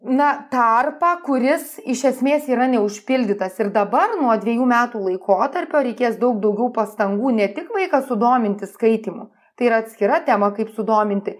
na tarpą kuris iš esmės yra neužpildytas ir dabar nuo dviejų metų laikotarpio reikės daug daugiau pastangų ne tik vaiką sudominti skaitymu tai yra atskira tema kaip sudominti